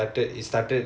okay